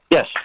Yes